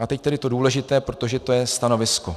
A teď tedy to důležité, protože to je stanovisko.